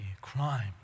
crime